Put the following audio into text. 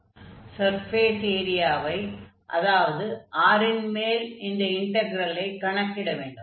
ஆகையால் சர்ஃபேஸ் ஏரியவை அதாவது R ன் மேல் இந்த இன்டக்ரெலை கணக்கிட வேண்டும்